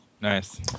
Nice